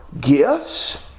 gifts